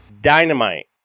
Dynamite